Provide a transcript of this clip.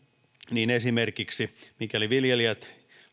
niin mikäli viljelijät